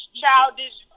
childish